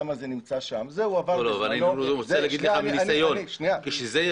למה זה נמצא שם -- אבל אני רוצה להגיד לך מניסיון שכשזה היה